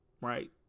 right